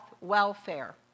welfare